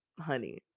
honey